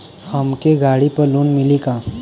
हमके गाड़ी पर लोन मिली का?